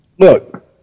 Look